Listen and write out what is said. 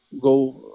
go